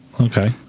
Okay